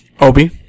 Obi